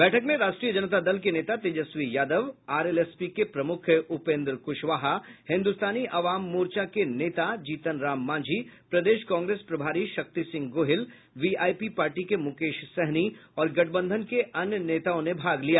बैठक में राष्ट्रीय जनता दल के नेता Tejashwi Yadav R L S P के प्रमुख उपेन्द्र क्शवाहा हिन्द्रस्तानी आवाम मोर्चा के नेता जीतन राम मांझी प्रदेश कांग्रेस प्रभारी शक्ति सिंह गोहिल वीआईपी पार्टी के मुकेश सहनी और गठबंधन के अन्य नेताओं ने भाग लिया